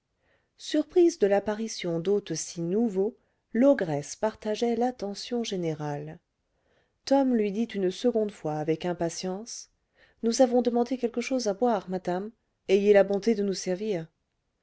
surprise de l'apparition d'hôtes si nouveaux l'ogresse partageait l'attention générale tom lui dit une seconde fois avec impatience nous avons demandé quelque chose à boire madame ayez la bonté de nous servir